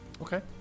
Okay